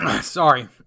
Sorry